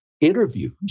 interviews